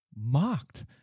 mocked